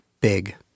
big